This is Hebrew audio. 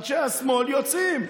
אנשי השמאל יוצאים.